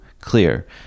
clear